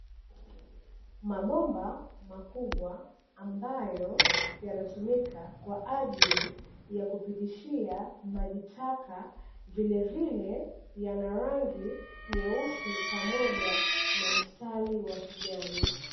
Mabomba makubwa ambayo yanatumika kwa ajili ya kupitishia maji taka vilevile yana rangi nyeusi pamoja na mstari wa kijani.